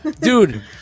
Dude